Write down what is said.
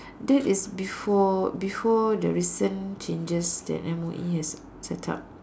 that is before before the recent changes that M_O_E has set up